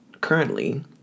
Currently